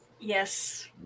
Yes